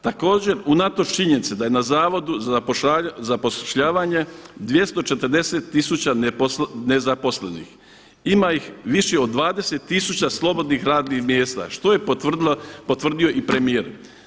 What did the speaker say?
Također unatoč činjenici da je na Zavodu za zapošljavanje 240000 nezaposlenih, ima ih više od 20000 slobodnih radnih mjesta što je potvrdio i premijer.